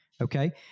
Okay